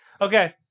Okay